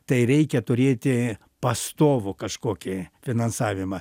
tai reikia turėti pastovų kažkokį finansavimą